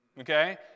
okay